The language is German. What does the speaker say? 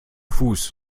fuß